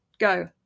go